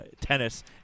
tennis